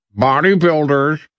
bodybuilders